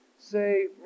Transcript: say